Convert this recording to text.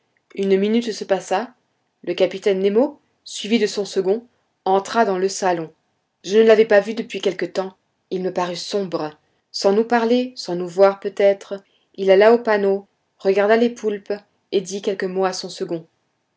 une minute se passa le capitaine nemo suivi de son second entra dans le salon je ne l'avais pas vu depuis quelque temps il me parut sombre sans nous parler sans nous voir peut-être il alla au panneau regarda les poulpes et dit quelques mots à son second